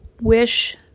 wish